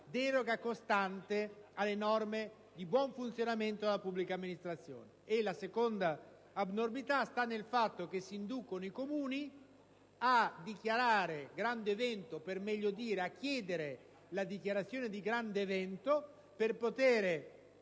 deroga costante alle norme di buon funzionamento della pubblica amministrazione. La seconda abnormità sta nel fatto che si inducono i Comuni a dichiarare grande evento o, per meglio dire, a chiedere la dichiarazione di grande evento per poter